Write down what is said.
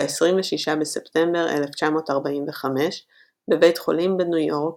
ב־26 בספטמבר 1945 בבית חולים בניו יורק,